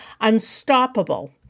Unstoppable